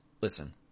Listen